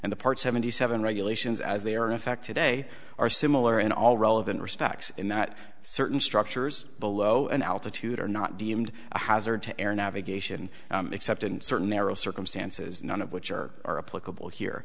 and the part seventy seven regulations as they are in effect today are similar in all relevant respects in that certain structures below an altitude are not deemed a hazard to air navigation except in certain narrow circumstances none of which are are a